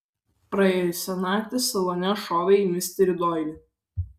praėjusią naktį salone šovė į misterį doilį